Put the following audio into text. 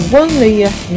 one-layer